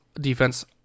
defense